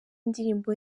indirimbo